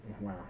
Wow